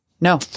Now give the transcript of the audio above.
No